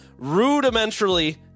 rudimentarily